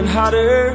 hotter